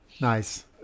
Nice